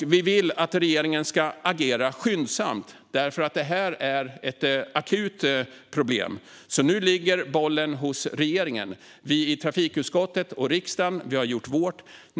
Vi vill att regeringen ska agera skyndsamt, för det här är ett akut problem. Nu ligger bollen hos regeringen. Vi i trafikutskottet och riksdagen har gjort vårt.